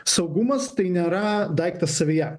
saugumas tai nėra daiktas savyje